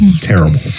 terrible